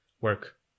work